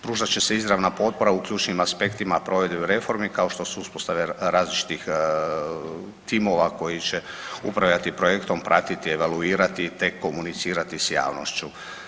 Pružat će se izravna potpora u ključnim aspektima provedbe reformi kao što su uspostave različitih timova koji će upravljati projektom, pratiti, evaluirati, te komunicirati s javnošću.